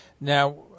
Now